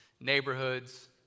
neighborhoods